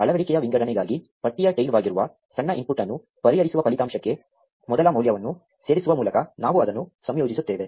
ಅಳವಡಿಕೆಯ ವಿಂಗಡಣೆಗಾಗಿ ಪಟ್ಟಿಯ ಟೈಲ್ವಾಗಿರುವ ಸಣ್ಣ ಇನ್ಪುಟ್ ಅನ್ನು ಪರಿಹರಿಸುವ ಫಲಿತಾಂಶಕ್ಕೆ ಮೊದಲ ಮೌಲ್ಯವನ್ನು ಸೇರಿಸುವ ಮೂಲಕ ನಾವು ಅದನ್ನು ಸಂಯೋಜಿಸುತ್ತೇವೆ